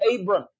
Abram